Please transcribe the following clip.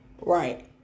Right